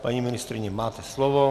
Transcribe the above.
Paní ministryně, máte slovo.